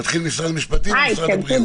נתחיל עם משרד המשפטים ואז משרד הבריאות.